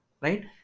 right